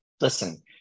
listen